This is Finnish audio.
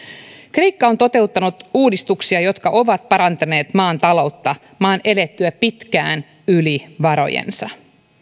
kreikka on toteuttanut uudistuksia jotka ovat parantaneet maan taloutta maan elettyä pitkään yli varojensa